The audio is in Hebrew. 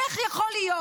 איך יכול להיות?